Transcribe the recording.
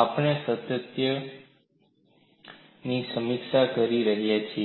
આપણે સાતત્ય માટે તેની સમીક્ષા કરી રહ્યા છીએ